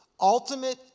Ultimate